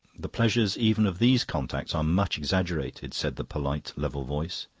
the pleasures even of these contacts are much exaggerated, said the polite level voice.